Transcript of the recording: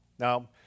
Now